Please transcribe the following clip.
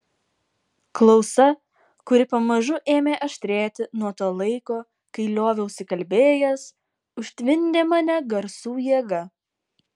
klausa kuri pamažu ėmė aštrėti nuo to laiko kai lioviausi kalbėjęs užtvindė mane garsų jėga